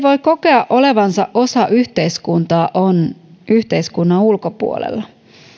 voi kokea olevansa osa yhteiskuntaa on yhteiskunnan ulkopuolella